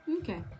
okay